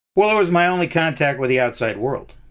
well, it was my only contact with the outside world.